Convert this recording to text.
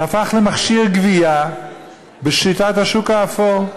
זה הפך למכשיר גבייה בשיטת השוק האפור.